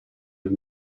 els